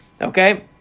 Okay